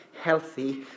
healthy